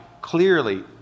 clearly